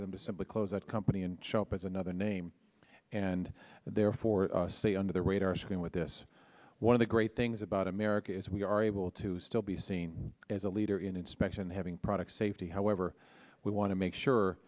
for them to simply close that company and shop is another name and therefore say under the radar screen with this one of the great things about america is we are able to still be seen as a leader in inspection having product safety however we want to make sure